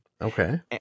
Okay